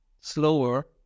slower